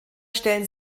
stellen